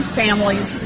families